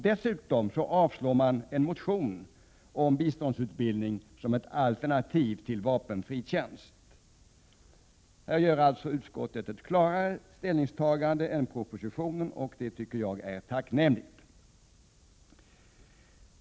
Dessutom avstyrker utskottet en motion om biståndsutbildning som ett alternativ till vapenfri tjänst. Här gör alltså utskottet ett klarare ställningstagande än man gjort i propositionen, och det tycker jag är tacknämligt.